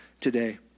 today